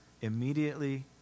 immediately